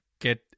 Get